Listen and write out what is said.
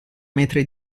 metri